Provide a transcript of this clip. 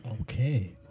Okay